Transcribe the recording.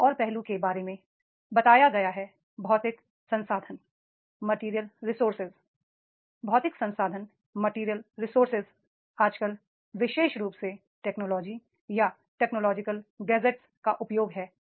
एक और पहलू के बारे में बताया गया है मैटेरियल रिसोर्सेस मैटेरियल रिसोर्सेस आजकल विशेष रूप से टेक्नोलॉजिकल गैजेट का उपयोग है